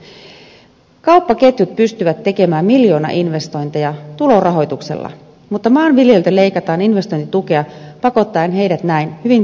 kauppaketjut pystyvät tekemään miljoonainvestointeja tulorahoituksella mutta maanviljelijöiltä leikataan investointitukia pakottaen heidät näin hyvin pääomavaltaiseen viljelyyn